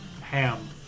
Ham